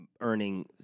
earning